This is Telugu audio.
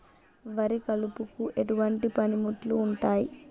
వరి కలుపుకు ఎటువంటి పనిముట్లు ఉంటాయి?